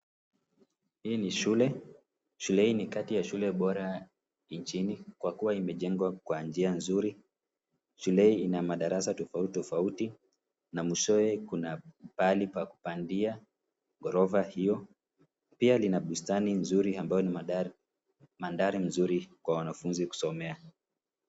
Hii ni shule. Shule hii ni kati ya shule bora nchini, kwa kuwa imejengwa kwa njia nzuri. Shule hii ina madarasa tofauti tofauti na mwishowe kuna pahali pa kupandia gorofa hiyo. Pia, lina bustani nzuri ambayo ina mandhari mzuri kwa wanafunzi kusomea.